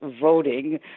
voting